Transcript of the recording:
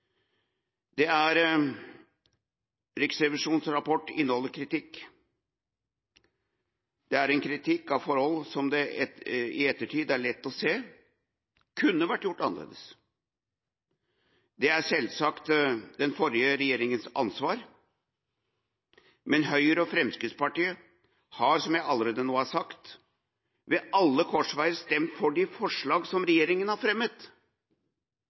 akkurat det. Riksrevisjonens rapport inneholder kritikk. Det er en kritikk av forhold som det i ettertid er lett å se at kunne vært gjort annerledes. Dette er selvsagt den forrige regjeringas ansvar, men Høyre og Fremskrittspartiet har – som jeg allerede nå har sagt – ved alle korsveier stemt for de forslagene som regjeringa har fremmet.